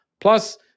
Plus